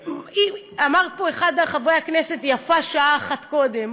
אמר פה אחד מחברי הכנסת: יפה שעה אחת קודם.